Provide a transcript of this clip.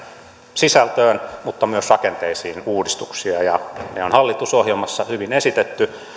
sisältöön mutta myös rakenteisiin ja ne on hallitusohjelmassa